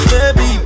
Baby